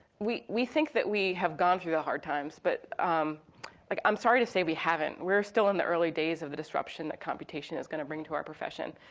we we think that we have gone through the hard times, but um like i'm sorry to say that we haven't. we're still in the early days of the disruption that computation is gonna bring to our profession.